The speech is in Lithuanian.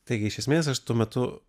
taigi iš esmės aš tuo metu